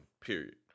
period